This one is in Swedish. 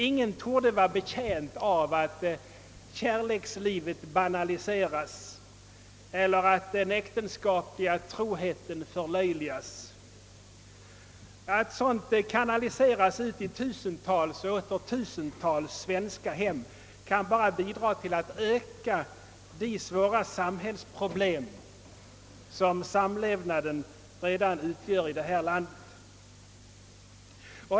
Ingen torde vara betjänt av att kärlekslivet banaliseras och att den äktenskapliga troheten förlöjligas. Att dåliga underhållningsprogram kanaliseras till tusen och åter tusen svenska hem kan bara bidra till att förvärra det svåra samhällsproblem som samlevnaden redan utgör i det här landet.